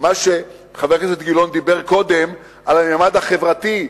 חבר הכנסת גילאון דיבר קודם על הממד החברתי.